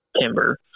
timber